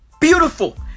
Beautiful